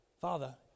Father